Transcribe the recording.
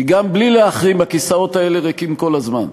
כי גם בלי להחרים הכיסאות האלה ריקים כל הזמן.